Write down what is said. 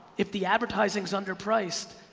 if the advertising's under priced,